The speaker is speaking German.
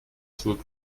zur